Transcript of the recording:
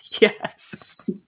Yes